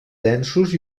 densos